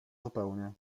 zupełnie